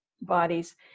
bodies